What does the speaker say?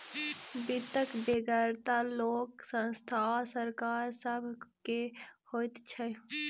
वित्तक बेगरता लोक, संस्था आ सरकार सभ के होइत छै